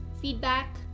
feedback